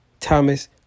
Thomas